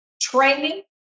training